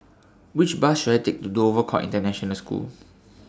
Which Bus should I Take to Dover Court International School